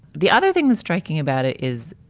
the other thing and striking about it is,